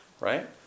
right